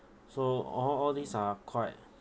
so all all these are correct